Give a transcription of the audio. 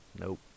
Nope